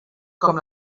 com